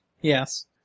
Yes